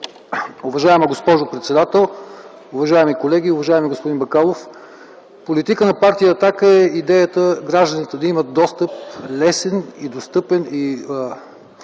Уважаема госпожо председател, уважаеми колеги, уважаеми господин Бакалов! Политика на Партия „Атака” е идеята гражданите да имат достъп лесен, достъпен, и ефективен